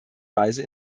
weise